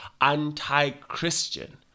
anti-christian